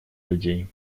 людей